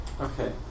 Okay